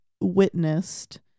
witnessed